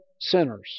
sinners